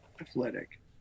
athletic